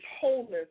wholeness